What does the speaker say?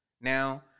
now